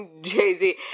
Jay-Z